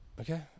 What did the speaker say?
Okay